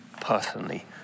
personally